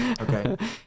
okay